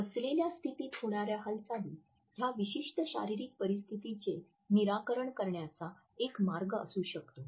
बसलेल्या स्थितीत होणाऱ्या हालचाली ह्या विशिष्ट शारीरिक परिस्थितीचे निराकरण करण्याचा एक मार्ग असू शकतो